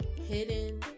hidden